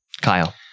Kyle